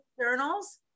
journals